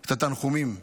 את התנחומים.